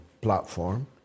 platform